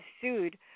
sued